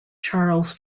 charles